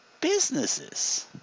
businesses